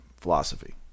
philosophy